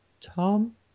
tom